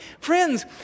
Friends